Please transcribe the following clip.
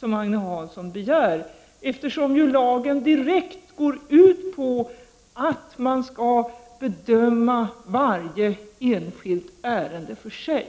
som Agne Hansson begär, eftersom lagen ju direkt går ut på att man skall bedöma varje enskilt ärende för sig.